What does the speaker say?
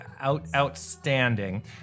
Outstanding